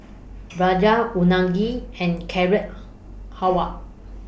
Falafel Unagi and Carrot Halwa